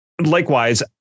likewise